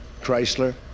Chrysler